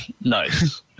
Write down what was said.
Nice